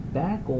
back